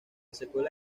secuela